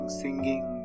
singing